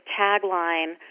tagline